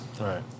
Right